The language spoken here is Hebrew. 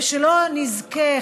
ושלא נזכה,